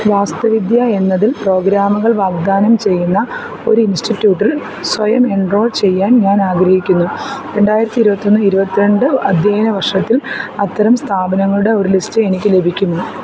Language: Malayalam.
വാസ്തുവിദ്യ എന്നതിൽ പ്രോഗ്രാമുകൾ വാഗ്ദാനം ചെയ്യുന്ന ഒരു ഇൻസ്റ്റിറ്റ്യൂട്ടിൽ സ്വയം എൻറോൾ ചെയ്യാൻ ഞാൻ ആഗ്രഹിക്കുന്നു രണ്ടായിരത്തി ഇരുപത്തൊന്ന് ഇരുപത്തിരണ്ട് അധ്യയന വർഷത്തിൽ അത്തരം സ്ഥാപനങ്ങളുടെ ഒരു ലിസ്റ്റ് എനിക്ക് ലഭിക്കുമോ